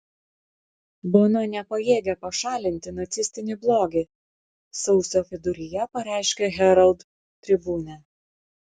bona nepajėgia pašalinti nacistinį blogį sausio viduryje pareiškė herald tribune